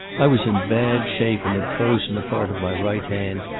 i was in bad shape and had frozen a part of my right hand,